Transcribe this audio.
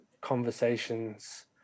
conversations